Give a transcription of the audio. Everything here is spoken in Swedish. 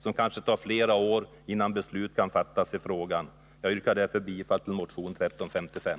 Då kanske det tar flera år innan beslut kan fattas i frågan. Jag yrkar därför bifall till motion 1355.